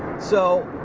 so,